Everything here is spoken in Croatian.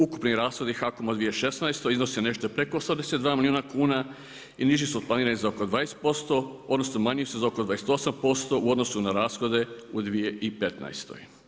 Ukupni rashodi HAKOM-a u 2016. iznose nešto preko … milijuna kuna i niži su od planiranih za oko 205, odnosno, manji su za oko 28% u odnosu na rashode u 2015.